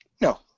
No